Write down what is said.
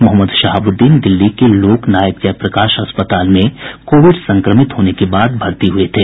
मोहम्मद शहाबुद्दीन दिल्ली के लोक नायक जयप्रकाश अस्पताल में कोविड संक्रमित होने के बाद भर्ती थे